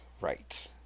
right